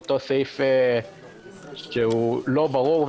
אותו סעיף שהוא לא ברור,